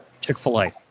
Chick-fil-A